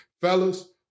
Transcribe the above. Fellas